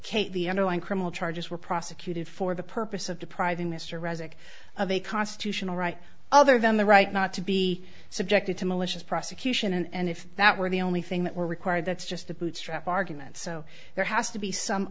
underlying criminal charges were prosecuted for the purpose of depriving mr resig of a constitutional right other than the right not to be subjected to malicious prosecution and if that were the only thing that were required that's just the bootstrap argument so there has to be some